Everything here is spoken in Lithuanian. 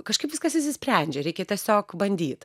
kažkaip viskas išsisprendžia reikia tiesiog bandyt